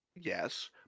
Yes